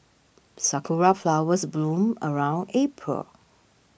sakura flowers bloom around April